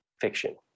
fiction